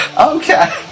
Okay